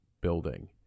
building